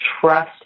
trust